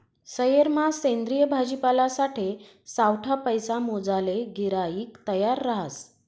सयेरमा सेंद्रिय भाजीपालासाठे सावठा पैसा मोजाले गिराईक तयार रहास